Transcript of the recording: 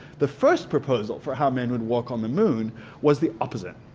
the first proposal for how men would walk on the moon was the opposite.